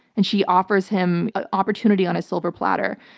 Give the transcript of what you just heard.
and she offers him an opportunity on a silver platter.